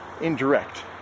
indirect